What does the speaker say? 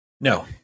No